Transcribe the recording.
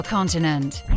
Continent